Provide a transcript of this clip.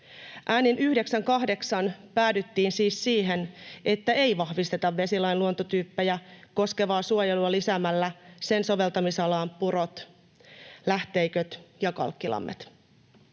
Äänin 9—8 päädyttiin siis siihen, että ei vahvisteta vesilain luontotyyppejä koskevaa suojelua lisäämällä sen soveltamisalaan purot, lähteiköt ja kalkkilammet.